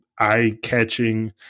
eye-catching